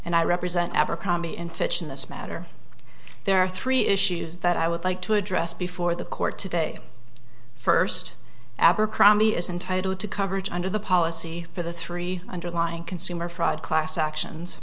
and i represent abercrombie and fitch in this matter there are three issues that i would like to address before the court today first abercrombie is entitled to coverage under the policy for the three underlying consumer fraud class actions